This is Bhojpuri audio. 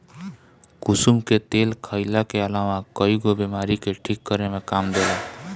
कुसुम के तेल खाईला के अलावा कईगो बीमारी के ठीक करे में काम देला